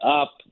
up